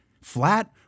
flat